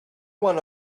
one